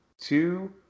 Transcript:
two